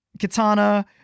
katana